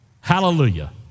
Hallelujah